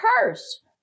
cursed